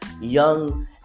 young